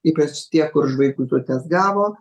ypač tie kur žvaigždutes gavo